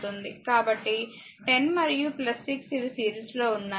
కాబట్టి 10 మరియు 6 ఇవి సిరీస్లో ఉన్నాయి